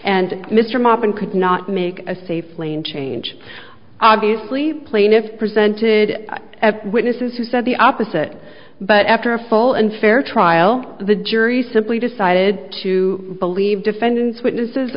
and mr martin could not make a safe lane change obviously plaintiffs presented witnesses who said the opposite but after a full and fair trial the jury simply decided to believe defendants witnesses